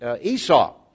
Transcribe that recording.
Esau